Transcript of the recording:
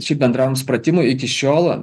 šiaip bendram supratimui iki šiol